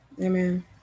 Amen